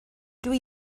dwi